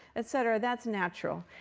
et cetera. that's natural.